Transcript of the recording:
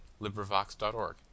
LibriVox.org